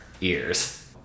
ears